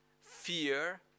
fear